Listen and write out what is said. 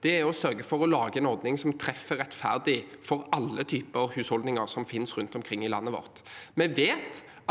for å lage en ordning som treffer rettferdig for alle typer husholdninger som finnes rundt omkring i landet vårt.